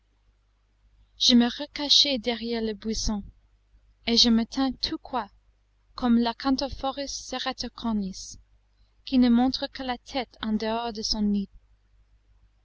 je me recachai derrière le buisson et je me tins tout coi comme l'acantophorus serraticornis qui ne montre que la tête en dehors de son nid